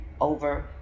over